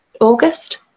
August